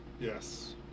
Yes